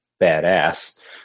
badass